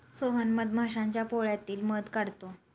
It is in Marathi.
सोहन मधमाश्यांच्या पोळ्यातील मध काढतो